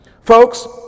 Folks